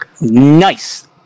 Nice